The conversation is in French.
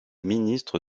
ministre